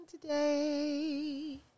today